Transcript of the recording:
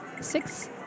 six